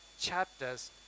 chapters